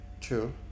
True